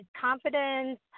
confidence